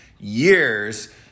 years